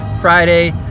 Friday